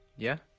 yeah?